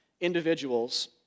individuals